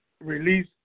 Release